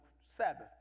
Sabbath